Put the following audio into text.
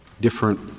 different